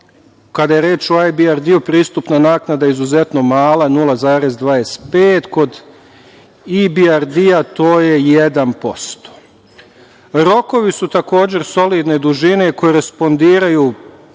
kada je reč o ABRD, pristupna naknada je izuzetno mala, 0,25, kod IBRD to je 1%.Rokovi su takođe solidne dužine, korespondiraju